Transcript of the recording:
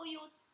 use